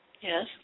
Yes